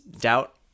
doubt